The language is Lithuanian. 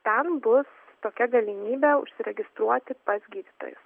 ten bus tokia galimybė užsiregistruoti pas gydytojus